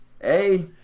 Hey